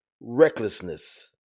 recklessness